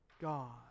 God